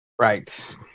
right